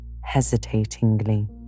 hesitatingly